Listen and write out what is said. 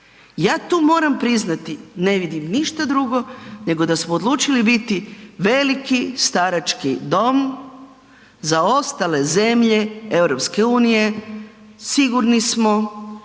Ja tu moram priznati, ne vidim ništa drugo, nego da smo odlučili biti veliki starački dom za ostale zemlje EU, sigurni smo,